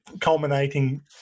Culminating